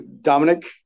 Dominic